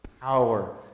power